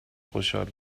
خوشحال